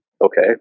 Okay